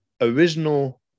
original